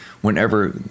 whenever